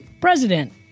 president